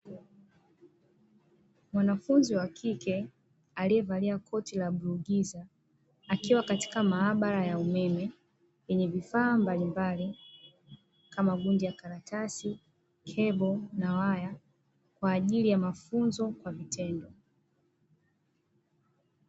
Mwanafunzi wa kike aliyevalia koti la bluu giza akiwa katika maabara ya umeme yenye vifaa mbalimabali vya umeme kama kundi ya karatasi, kebo na waya kwa ajili ya mafunzo ya vitendo.